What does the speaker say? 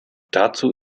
dazu